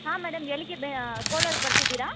ಹಾಂ ಮೇಡಮ್ ಎಲ್ಲಿಗೆ ಬಾ ಕೋಲಾರ್ಗೆ ಬರ್ತಿದ್ದೀರಾ